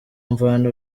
mvana